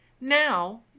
Now